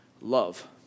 love